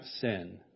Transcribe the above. sin